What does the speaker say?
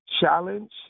challenge